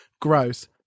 Gross